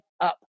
up